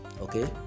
okay